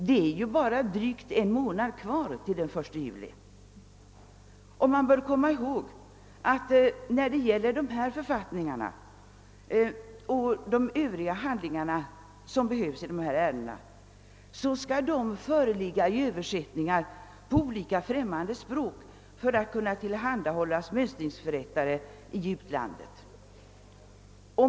Det är ju bara drygt en månad kvar till den 1 juli. Man bör komma ihåg att dessa författningar och de övriga handlingar som behövs i dessa ärenden skall föreligga i Översättningar till olika främmande språk för att kunna tillhandahållas mönstringsförrättare i utlandet.